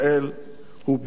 הוא בלתי נסבל.